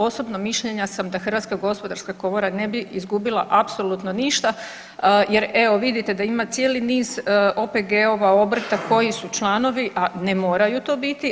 Osobno mišljenja sam da Hrvatska gospodarska komora ne bi izgubila apsolutno ništa, jer evo vidite da ima cijeli niz OPG-ova, obrta koji su članovi a ne moraju to biti.